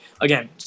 again